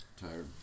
tired